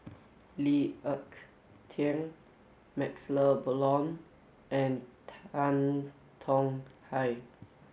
Lee Ek Tieng MaxLe Blond and Tan Tong Hye